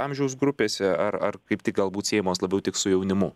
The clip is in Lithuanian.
amžiaus grupėse ar ar kaip tik galbūt siejamos labiau tik su jaunimu